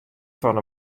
fan